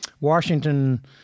washington